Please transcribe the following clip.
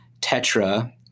Tetra